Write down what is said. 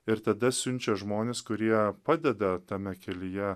ir tada siunčia žmones kurie padeda tame kelyje